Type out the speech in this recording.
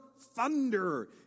thunder